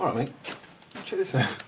all right, mate, check this out.